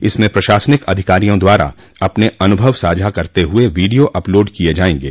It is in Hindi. इसमें प्रशासनिक अधिकारियों द्वारा अपने अनुभव साझा करते हुए वीडियो अपलोड किये जायेंगे